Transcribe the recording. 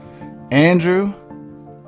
Andrew